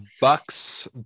Bucks